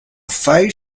fair